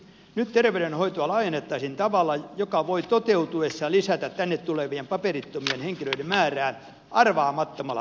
nyt terveydenhoitoa laajennettaisiin tavalla joka voi toteutuessaan lisätä tänne tulevien paperittomien henkilöiden määrää arvaamattomalla tavalla